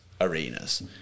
arenas